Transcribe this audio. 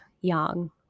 yang